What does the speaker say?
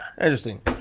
interesting